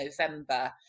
November